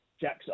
Jack's